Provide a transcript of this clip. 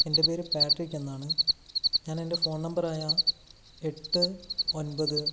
എൻ്റെ പേര് പാട്രിക്ക് എന്നാണ് ഞാനെൻ്റെ ഫോൺ നമ്പറ് പറയാം എട്ട് ഒൻപത്